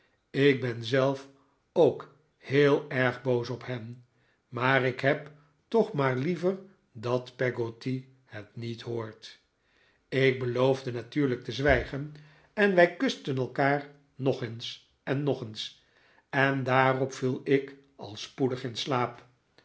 ik ben zelf ook heel erg boos op hen maar ik heb toch maar liever dat peggotty het niet hoort ik beloofde natuurlijk te zwijgen en wij kusten elkaar nogeens en nogeens en daarop viel ik al spoedig in slaap